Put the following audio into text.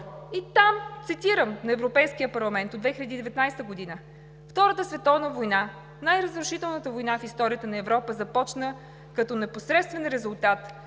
И там, цитирам: „На Европейския парламент от 2019 г. Втората световна война, най-разрушителната война в историята на Европа, започна като непосредствен резултат